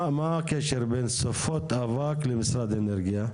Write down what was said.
מה הקשר בין סופות אבק למשרד אנרגיה?